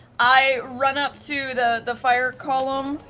i run up to the the fire column.